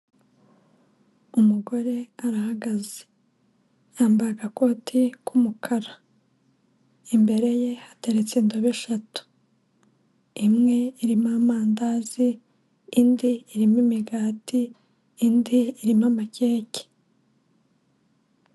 Umugore arahagaze yambaye agakote k'umukara imbere ye hateretse indobo eshatu imwe irimo amandazi, indi irimo imigati, indi irimo amakeke.